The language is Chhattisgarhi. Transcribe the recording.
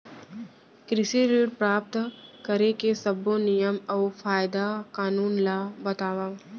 कृषि ऋण प्राप्त करेके सब्बो नियम अऊ कायदे कानून ला बतावव?